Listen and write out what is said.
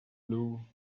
blew